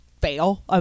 Fail